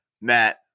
matt